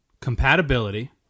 compatibility